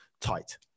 tight